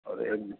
आओर एक